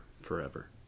forever